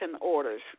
Orders